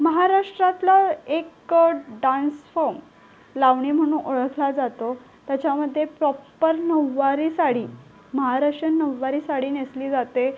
महाराष्ट्रातलं एक dance form Lavani म्हणून ओळखला जातो त्याच्यामध्ये प्रॉपर नऊवारी साडी महाराष्ट्रीयन नऊवारी साडी नेसली जाते